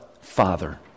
Father